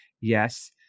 Yes